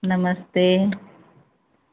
नमस्ते